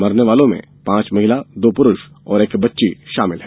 मरने वालो में पांच महिला दो पुरुष और एक बच्ची शामिल है